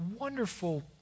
wonderful